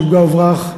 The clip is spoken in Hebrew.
של פגע-וברח,